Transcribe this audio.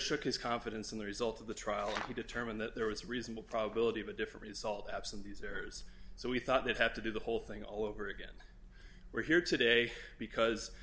shook his confidence in the result of the trial to determine that there was a reasonable probability of a different result absent these errors so we thought they'd have to do the whole thing all over again we're here today because the